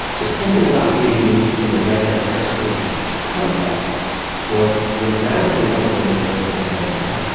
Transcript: so something about being in the red hair, fair skin context was dramatically elevating the risk of melanoma.